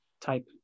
type